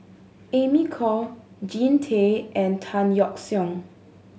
Amy Khor Jean Tay and Tan Yeok Seong